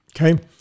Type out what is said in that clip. Okay